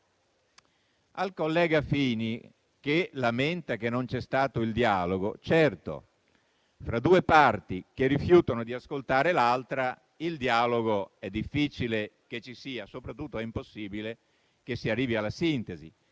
Al collega Fina, che lamenta che non c'è stato il dialogo, dico: certo, fra due parti che rifiutano di ascoltare l'altra il dialogo è difficile che ci sia; soprattutto, è impossibile che si arrivi alla sintesi.